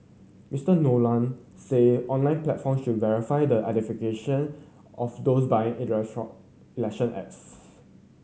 Mister Nolan said online platforms should verify the of those buying election ads